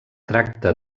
tracta